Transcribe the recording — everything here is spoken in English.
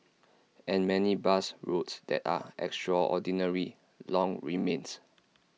and many bus routes that are extraordinarily long remains